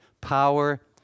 power